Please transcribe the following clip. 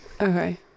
Okay